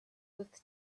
with